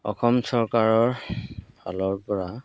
অসম চৰকাৰৰ ফালৰপৰা